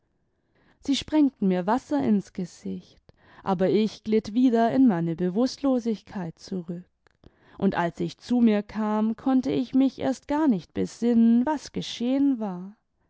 sie sprengten mir wasser ins gesicht aber ich glitt wieder in meine bewußtlosigkeit zurück und als ich zu mir kam konnte ich mich erst gar nicht besinnen was geschehen war